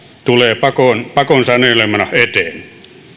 tulee pakon pakon sanelemana eteen